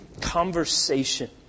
conversation